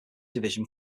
division